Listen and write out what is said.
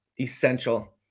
essential